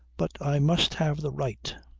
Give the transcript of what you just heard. but i must have the right.